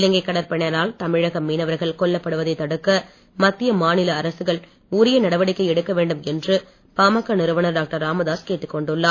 இலங்கை கடற்படையினரால் தமிழக மீனவர்கள் கொல்லப்படுவதை தடுக்க மத்திய மாநில அரசுகள் உரிய நடவடிக்கை எடுக்க வேண்டும் என்று பாமகநிறுவனர் டாக்டர் ராமதாஸ் கேட்டுக்கொண்டுள்ளார்